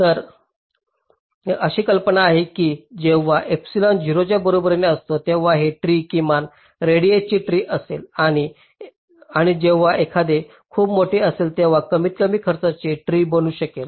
तर अशी कल्पना आहे की जेव्हा एपसिलोन 0 च्या बरोबरीचा असतो तेव्हा हे ट्री किमान रेडिएसचे ट्री असेल आणि जेव्हा ते खूप मोठे असेल तेव्हा ते कमीतकमी खर्चाचे ट्री बनू शकेल